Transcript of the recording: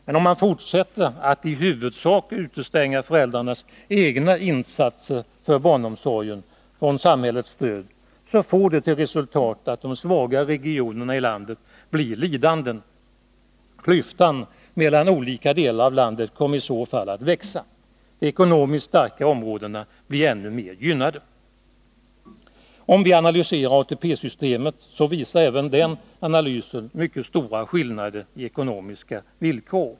Men om man fortsätter att i huvudsak utestänga föräldrarnas egna insatser för barnomsorger från samhällets stöd, får det till resultat att de svagare regionerna i landet blir lidande. Klyftan mellan olika delar av landet kommer i så fall att växa. De ekonomiskt starka områdena blir ännu mer gynnade. En analys av ATP-systemet visar även den på mycket stora skillnader i ekonomiska villkor.